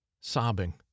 sobbing